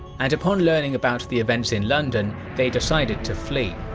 and upon learning about the events in london, they decided to flee.